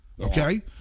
Okay